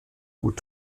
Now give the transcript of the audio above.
gut